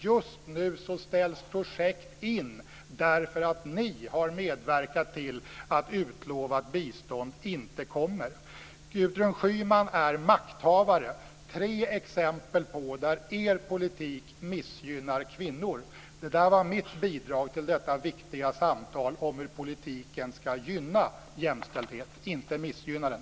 Just nu ställs projekt in därför att ni har medverkat till att utlovat bistånd inte kommer. Gudrun Schyman är makthavare. Detta är tre exempel på där er politik missgynnar kvinnor. Det är mitt bidrag till detta viktiga samtal om hur politiken skall gynna jämställdhet, inte missgynna den.